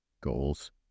goals